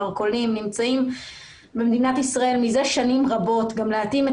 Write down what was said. מרכולים נמצאים במדינת ישראל מזה שנים רבות ולהתאים את